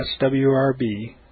swrb